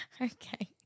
Okay